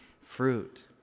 fruit